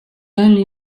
only